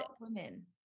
women